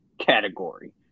category